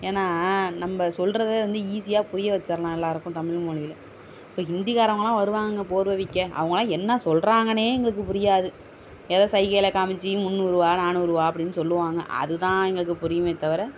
ஏன்னால் நம்ப சொல்றதை வந்து ஈஸியாக புரிய வச்சுரலாம் எல்லாருக்கும் தமிழ் மொழியில் இப்போ ஹிந்திகாரவர்களாம் வருவாங்கங்க போர்வை விற்க அவர்களாம் என்ன சொல்றாங்கன்னே எங்களுக்கு புரியாது ஏதோ சைகையில் காமித்து முன்னூறுவாய் நானூறுவாய் அப்படின்னு சொல்லுவாங்க அதுதான் எங்களுக்கு புரியுமே தவிர